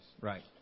Right